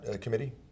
committee